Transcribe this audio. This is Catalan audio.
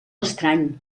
estrany